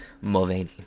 Mulvaney